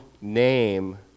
name